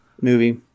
movie